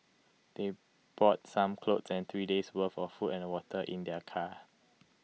they brought some clothes and three days' worth of food and water in their car